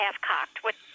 half-cocked